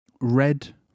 Red